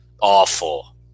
Awful